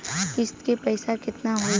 किस्त के पईसा केतना होई?